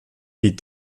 wie